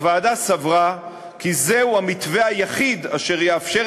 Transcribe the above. הוועדה סברה כי זהו המתווה היחיד אשר יאפשר